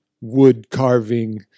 wood-carving